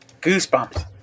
goosebumps